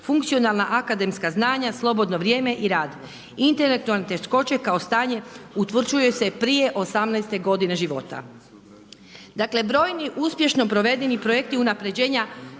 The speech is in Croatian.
funkcionalna akademska znanja, slobodno vrijeme i rad. Intelektualne teškoće kao stanje utvrđuje se prije 18. godine života. Dakle brojni uspješno provedeni projekti unapređenja